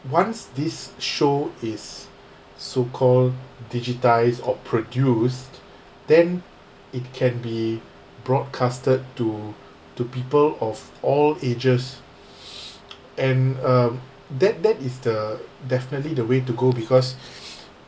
once this show is so called digitised or produced then it can be broadcasted to to people of all ages and um that that is the definitely the way to go because